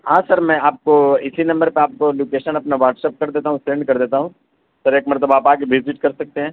ہاں سر میں آپ کو اسی نمبر پہ آپ کو لوکیشن اپنا واٹس ایپ کر دیتا ہوں سینڈ کر دیتا ہوں سر ایک مرتبہ آپ آ کے وزٹ کر سکتے ہیں